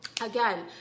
again